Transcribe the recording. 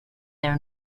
their